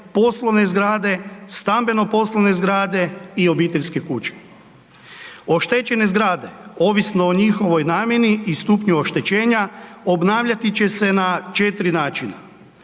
poslovne zgrade, stambeno poslovne zgrade i obiteljske kuće. Oštećene zgrade ovisno o njihovoj namjeni i stupnju oštećenja obnavljati će se na 4 načina.